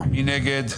מי נגד?